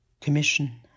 Commission